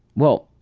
well,